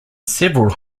several